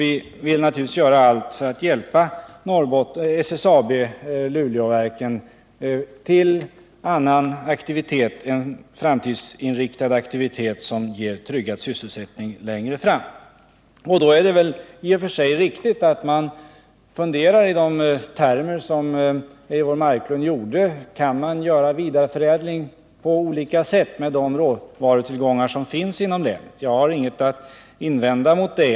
Vi vill naturligtvis göra allt för att hjälpa SSAB-Luleåverken till annan, framtidsinriktad aktivitet som ger tryggad sysselsättning på sikt. Då är det i och för sig riktigt att man funderar i de termer som Eivor Marklund gjorde: Kan man få till stånd vidareförädling av de råvarutillgångar som finns inom länet? Jag har inget att invända mot det.